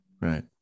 Right